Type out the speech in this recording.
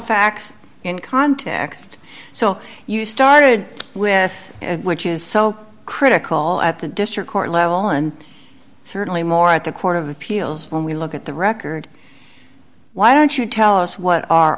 facts in context so you started with which is so critical at the district court level and certainly more at the court of appeals when we look at the record why don't you tell us what are